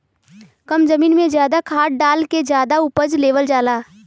कम जमीन में जादा खाद डाल के जादा उपज लेवल जाला